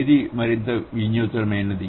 ఏది మరింత వినూత్నమైనది